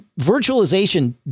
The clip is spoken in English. virtualization